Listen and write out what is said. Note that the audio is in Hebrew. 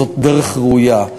זאת דרך ראויה.